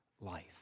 life